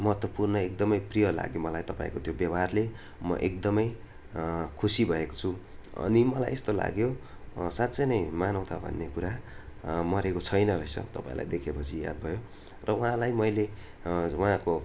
महत्त्वपूर्ण एकदमै प्रिय लाग्यो मलाई तपाईँको त्यो व्यवहारले म एकदमै खुसी भएको छु अनि मलाई यस्तो लाग्यो न साँच्चै नै मानवता भन्ने कुरा मरेको छैन रहेछ तपाईँलाई देखेपछि याद भयो र उहाँलाई मैले उहाँको